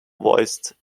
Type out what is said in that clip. voiced